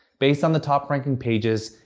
based on the top-ranking pages,